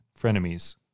frenemies